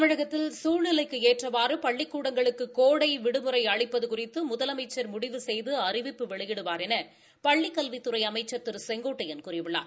தமிழகத்தில் சூழ்நிலைக்கு ஏற்றவாறு பள்ளிக்கூடங்களுக்கு கோடை விடுமுறை அளிப்பது குறித்து முதலமைச்ச் முடிவு செய்து அறிவிப்பு வெளியிடுவார் என பள்ளிக் கல்வித்துறை அமைச்ச் திரு செங்கோட்டையன் கூறியுள்ளார்